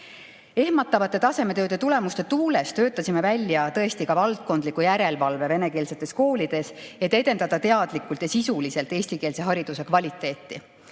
arengut. Ehmatavate tasemetööde tulemuste tuules töötasime välja tõesti ka valdkondliku järelevalve venekeelsetes koolides, et edendada teadlikult ja sisuliselt eestikeelse hariduse kvaliteeti.